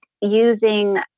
using